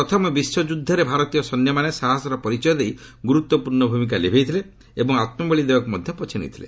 ପ୍ରଥମ ବିଶ୍ୱଯ୍ରଦ୍ଧରେ ଭାରତୀୟ ସୈନ୍ୟମାନେ ସାହସର ପରିଚୟ ଦେଇ ଗୁରୁତ୍ୱପୂର୍ଣ୍ଣ ଭୂମିକା ଲିଭାଇଥିଲେ ଏବଂ ଆତ୍ମବଳି ଦେବାକୁ ମଧ୍ୟ ପଛାଇ ନ ଥିଲେ